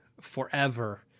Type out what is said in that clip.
forever